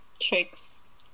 tricks